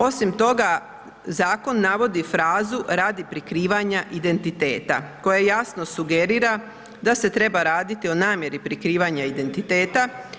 Osim toga, zakon navodi frazu radi prikrivanja identiteta koja jasno sugerira da se treba raditi o namjeri prikrivanja identiteta,